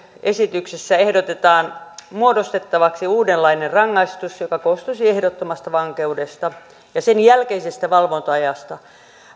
esityksessä ehdotetaan muodostettavaksi uudenlainen rangaistus joka koostuisi ehdottomasta vankeudesta ja sen jälkeisestä valvonta ajasta